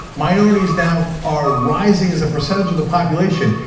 minorities now are rising as a percentage of the population,